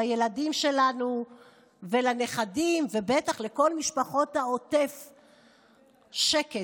לילדים שלנו ולנכדים ובטח לכל משפחות העוטף שקט.